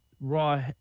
Raw